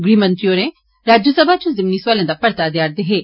गृहमंत्री होर राज्यसभा च जिमनी सौआलें दा परता देआ रदे हे